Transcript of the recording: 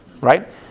right